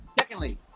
Secondly